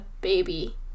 baby